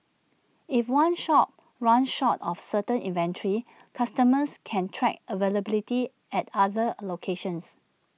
if one shop runs short of certain inventory customers can track availability at other locations